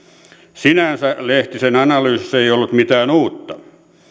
sinänsä lehtisen analyysissa ei ollut mitään uutta